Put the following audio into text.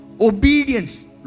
Obedience